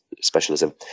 specialism